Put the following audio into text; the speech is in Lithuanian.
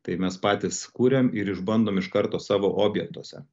tai mes patys kuriam ir išbandom iš karto savo objektuose